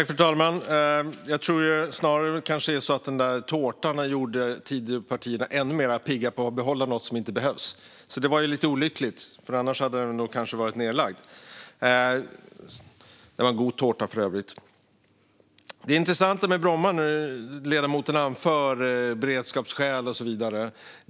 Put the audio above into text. Fru talman! Jag tror snarare att det kanske är så att den där tårtan gjorde Tidöpartierna ännu mer pigga på att behålla något som inte behövs. Det var lite olyckligt. Annars kanske Bromma flygplats hade varit nedlagd. Det var för övrigt en god tårta. Den intressanta med Bromma är att ledamoten nu anför beredskapsskäl och så vidare.